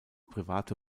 private